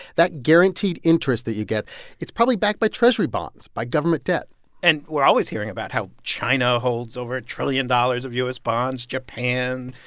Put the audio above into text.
that guaranteed interest that you get it's probably backed by treasury bonds, by government debt and we're always hearing about how china holds over a trillion dollars of u s. bonds japan,